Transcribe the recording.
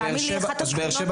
תאמין לי אחת השכונות.